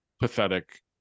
pathetic